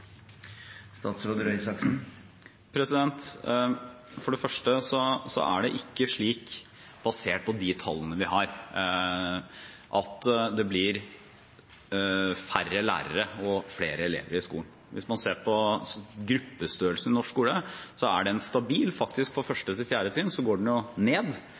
For det første er det ikke slik basert på de tallene vi har, at det blir færre lærere og flere elever i skolen. Hvis man ser på gruppestørrelsen i norsk skole, er den stabil. For 1.–4. trinn går den faktisk ned,